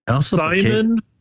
Simon